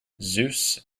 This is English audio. zeus